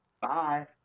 bye